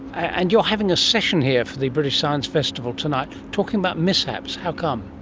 and you're having a session here for the british science festival tonight, talking about mishaps. how come?